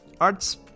arts